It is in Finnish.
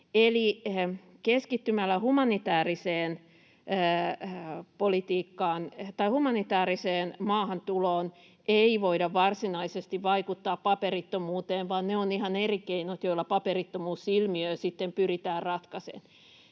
keskittymällä humanitääriseen maahantuloon ei voida varsinaisesti vaikuttaa paperittomuuteen, vaan ne ovat ihan eri keinot, joilla paperittomuusilmiötä sitten pyritään ratkaisemaan.